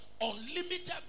unlimited